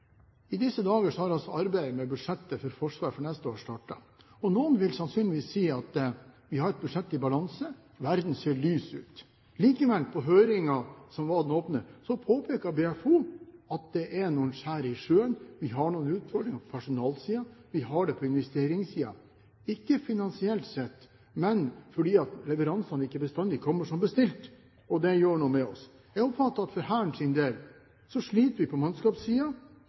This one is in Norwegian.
for neste år startet, og noen vil sannsynligvis si at vi har et budsjett i balanse – verden ser lys ut. Likevel, på den åpne høringen som var, påpekte BFO at det er noen skjær i sjøen. Vi har noen utfordringer på personalsiden, vi har det på investeringssiden – ikke finansielt sett, men fordi leveransene ikke bestandig kommer som bestilt, og det gjør noe med oss. Jeg oppfattet at for Hærens del sliter vi på